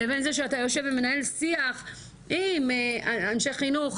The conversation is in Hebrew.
לבין זה שאתה יושב ומנהל שיח עם אנשי חינוך,